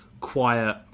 quiet